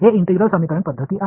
हे इंटिग्रल समीकरण पद्धती आहे